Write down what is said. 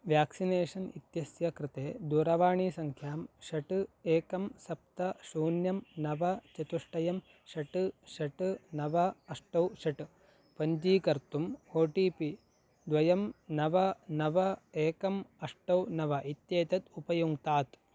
vaccination इत्यस्य कृते दूरवाणीसङ्ख्यां षट् एकं सप्त शून्यं नव चतुष्टयं षट् षट् नव अष्ट षट् पञ्जीकर्तुम् ओ टि पि द्वयं नव नव एकम् अष्ट नव इत्येतत् उपयुङ्क्तात्